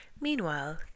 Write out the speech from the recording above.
Meanwhile